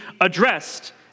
addressed